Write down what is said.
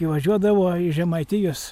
įvažiuodavo iš žemaitijos